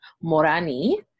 Morani